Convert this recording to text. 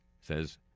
says